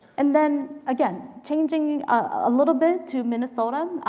and then, again, changing a little bit to minnesota,